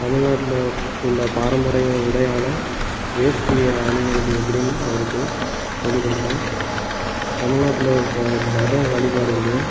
தமிழ்நாட்டில் உள்ள பாரம்பரிய உடையான வேஷ்டியை அணியிறது எப்படின்னு அவருக்கு சொல்லி கொடுப்பே தமிழ்நாட்டில் இருக்கற மத வழிபாடுகளையும்